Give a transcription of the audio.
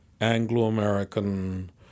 Anglo-American